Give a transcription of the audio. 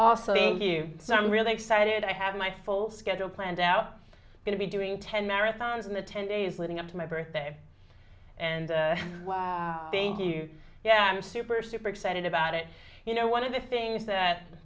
i'm really excited i have my full schedule planned out going to be doing ten marathons in the ten days leading up to my birthday and thank you yeah i'm super super excited about it you know one of the things that